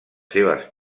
seves